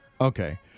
okay